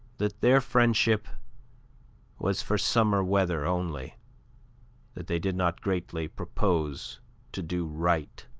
that their friendship was for summer weather only that they did not greatly propose to do right